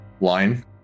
line